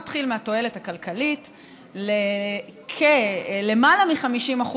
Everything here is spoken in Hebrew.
אתחיל מהתועלת הכלכלית: לכלמעלה מ-50%